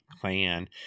clan